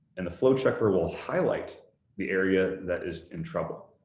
and the flow checker will highlight the area that is in trouble.